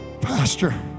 Pastor